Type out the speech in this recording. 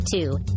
two